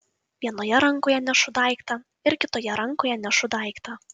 vienoje rankoje nešu daiktą ir kitoje rankoje nešu daiktą